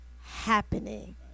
happening